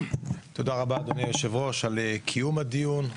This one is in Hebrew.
תודה רבה אדוני יושב הראש על קיום הדיון.